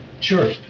Sure